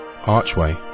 Archway